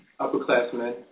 upperclassmen